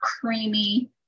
creamy